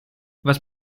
was